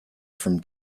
from